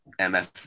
MF